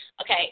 okay